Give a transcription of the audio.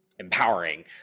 empowering